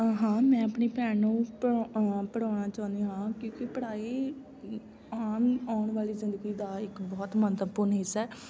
ਹਾਂ ਮੈਂ ਆਪਣੀ ਭੈਣ ਨੂੰ ਪੜ੍ਹਾਉਣਾ ਪੜ੍ਹਾਉਣਾ ਚਾਹੁੰਦੀ ਹਾਂ ਕਿਉਂਕਿ ਪੜ੍ਹਾਈ ਆਮ ਆਉਣ ਵਾਲੀ ਜ਼ਿੰਦਗੀ ਦਾ ਇੱਕ ਬਹੁਤ ਮਹੱਤਵਪੂਰਨ ਹਿੱਸਾ ਹੈ